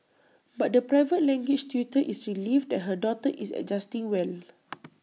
but the private language tutor is relieved that her daughter is adjusting well